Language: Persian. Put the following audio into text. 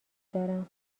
دارم